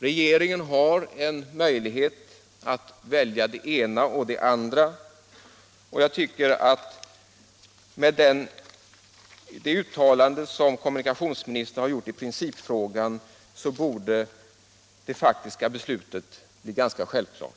Regeringen har en möjlighet att välja det ena eller det andra, och med det uttalande som kommunikationsministern gjort i principfrågan borde det faktiska beslutet vara ganska självklart.